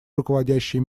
руководящей